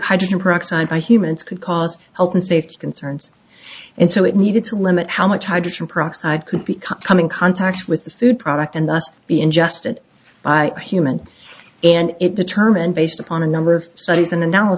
hydrogen peroxide by humans could cause health and safety concerns and so it needed to limit how much hydrogen peroxide could become in contact with the food product and thus be ingested i meant and it determined based upon a number of studies and an